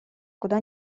куда